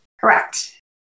Correct